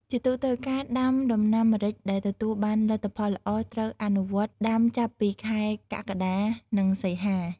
ជាទូទៅការដាំដំណាំម្រេចដែលទទួលបានលទ្ធផលល្អ ត្រូវអនុវត្តដាំចាប់ពីខែកក្កដា និងសីហា។